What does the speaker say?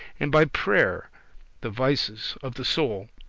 and by prayer the vices of the soul